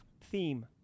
theme